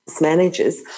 managers